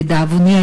לדאבוני,